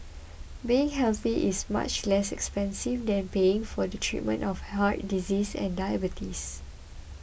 being healthy is much less expensive than paying for the treatment of heart disease and diabetes